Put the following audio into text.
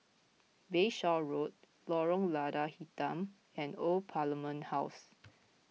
Bayshore Road Lorong Lada Hitam and Old Parliament House